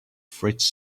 fridge